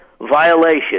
Violation